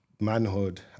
manhood